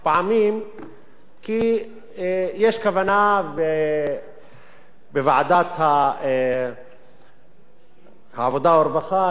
כי יש כוונה בוועדת העבודה והרווחה להאריך את זה לשבע שנים,